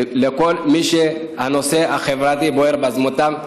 של כל מי שהנושא החברתי בוער בעצמותיו.